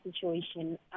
situation